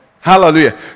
Hallelujah